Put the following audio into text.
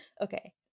Okay